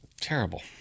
Terrible